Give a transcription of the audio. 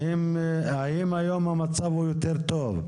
האם היום המצב יור טוב?